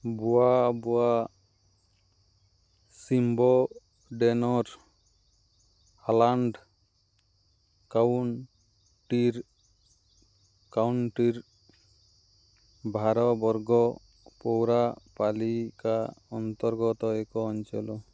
ବୁଆ ବୁଆ ସିମ୍ବଡ଼େନର୍ ହଲାଣ୍ଡ କାଉଣ୍ଟିର କାଉଣ୍ଟିର ଭାରବର୍ଗ ପୌରାପାଲିକା ଅନ୍ତର୍ଗତ ଏକ ଅଞ୍ଚଲ